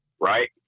Right